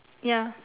ya